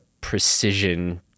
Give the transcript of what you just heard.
precision